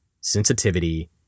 sensitivity